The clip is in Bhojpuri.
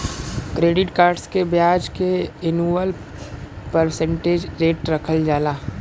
क्रेडिट कार्ड्स के ब्याज के एनुअल परसेंटेज रेट रखल जाला